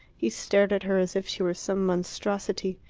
he stared at her as if she were some monstrosity.